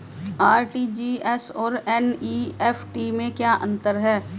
RTGS और NEFT में क्या अंतर है?